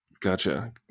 Gotcha